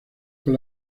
con